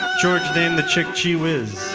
george named the chick gee whiz.